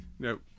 No